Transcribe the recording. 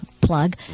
plug